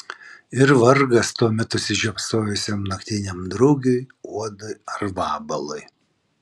ir vargas tuomet užsižiopsojusiam naktiniam drugiui uodui ar vabalui